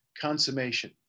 consummation